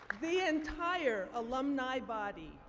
the entire alumni body,